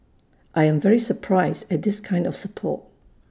I am very surprised at this kind of support